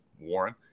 Warren